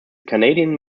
canadian